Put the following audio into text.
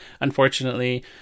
unfortunately